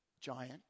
giant